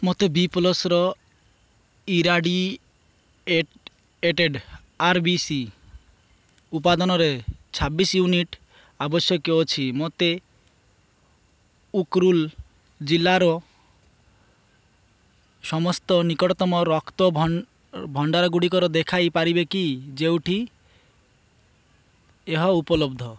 ମୋତେ ବି ପ୍ଲସ୍ର ଇରାଡ଼ି ଏଟ୍ ଇରାଡ଼ିକେଟେଡ଼୍ ଆର୍ ବି ସି ଉପାଦାନରେ ଛବିଶ ୟୁନିଟ୍ ଆବଶ୍ୟକ ଅଛି ମୋତେ ଉକରୁଲ୍ ଜିଲ୍ଲାର ସମସ୍ତ ନିକଟତମ ରକ୍ତ ଭ ଭଣ୍ଡାର ଗୁଡ଼ିକର ଦେଖାଇ ପାରିବେ କି ଯେଉଁଠି ଏହା ଉପଲବ୍ଧ